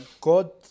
God